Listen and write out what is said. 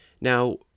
Now